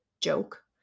joke